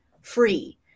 free